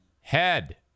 head